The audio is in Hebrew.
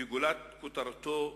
וגולת כותרתו,